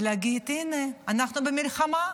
ולהגיד: הינה, אנחנו במלחמה,